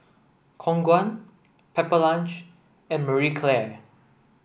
Khong Guan Pepper Lunch and Marie Claire